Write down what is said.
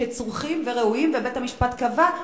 שצריכים וראויים ובית-המשפט קבע,